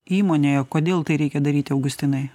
įmonėje kodėl tai reikia daryti augustinai